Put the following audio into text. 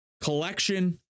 collection